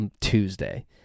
tuesday